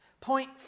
Point